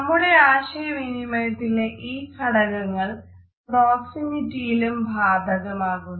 നമ്മുടെ ആശയവിനിമയത്തിലെ ഈ ഘടകങ്ങൾ പ്രോക്സെമിറ്റിയിലും ബാധകമാകുന്നു